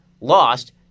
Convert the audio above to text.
lost